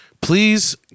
please